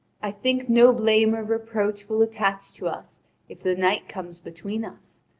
i think no blame or reproach will attach to us if the night comes between us.